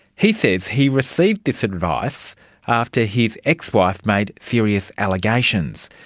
he says he received this advice after his ex-wife made serious allegations,